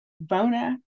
Bona